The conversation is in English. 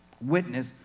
witness